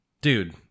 Dude